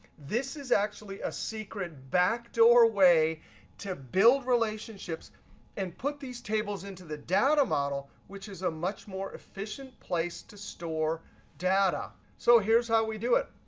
this is actually a secret backdoor way to build relationships and put these tables into the data model, which is a much more efficient place to store data. so here's how we do it.